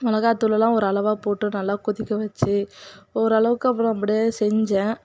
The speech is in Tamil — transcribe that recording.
மிளகாத்தூளெல்லாம் ஓரளவாகப் போட்டு நல்லாக் கொதிக்க வச்சு ஓரளவுக்கு அப்புறம் அப்படியே செஞ்சேன்